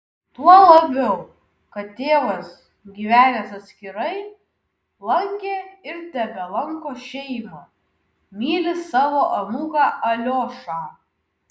tuo labiau kad tėvas gyvenęs atskirai lankė ir tebelanko šeimą myli savo anūką aliošą